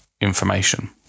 information